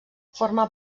forma